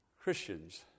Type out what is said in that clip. Christians